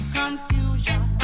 confusion